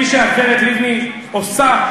כפי שהגברת לבני עושה,